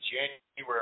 January